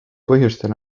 põhjustel